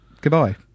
goodbye